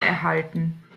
erhalten